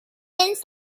convinced